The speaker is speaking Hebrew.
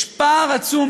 יש פער עצום,